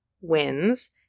wins